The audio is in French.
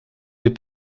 des